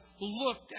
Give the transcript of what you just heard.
looked